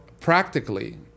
practically